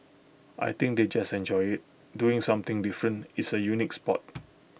I think they just enjoy IT doing something different it's A unique Sport